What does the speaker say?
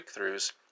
breakthroughs